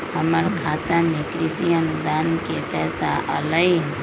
हमर खाता में कृषि अनुदान के पैसा अलई?